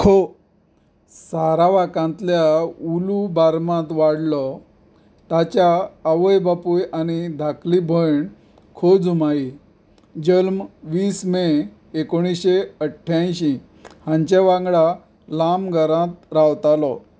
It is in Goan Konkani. खो सारावाकांतल्या उलू बारमांत वाडलो ताच्या आवय बापूय आनी धाकली भयण खो जुमाई जल्म वीस मे एकोणिशे अठ्ठ्यांशी हांचे वांगडा लांब घरांत रावतालो